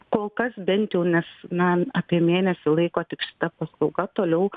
kol kas bent jau nes na apie mėnesį laiko tik šita paslauga toliau